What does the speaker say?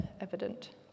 evident